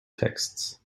texts